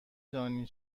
دانی